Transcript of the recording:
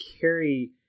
carry